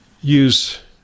use